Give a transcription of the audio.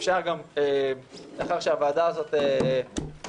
אפשר גם לאחר שהישיבה הזאת תסתיים,